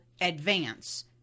advance